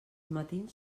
matins